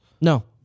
No